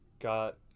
got